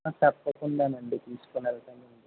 తప్పకుండానండీ తీసుకుని వెళ్తాను